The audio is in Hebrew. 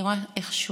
אני רואה איך,